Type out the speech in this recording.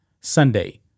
Sunday